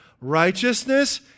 Righteousness